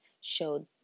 showed